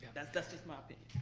that's just just my opinion.